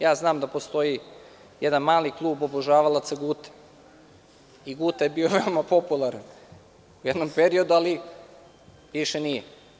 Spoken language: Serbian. Ja znam da postoji jedan mali krug obožavalaca Gute i Guta je bio veoma popularan u jednom periodu, ali više nije.